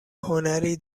هنری